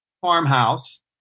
farmhouse